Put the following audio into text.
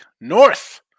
North